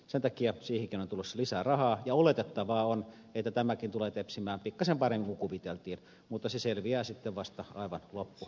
sen takia siihenkin on tulossa lisää rahaa ja oletettavaa on että tämäkin tulee tepsimään pikkasen paremmin kuin kuviteltiin mutta se selviää sitten vasta aivan loppuvuodesta